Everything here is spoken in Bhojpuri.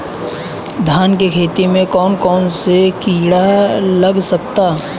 धान के खेती में कौन कौन से किड़ा लग सकता?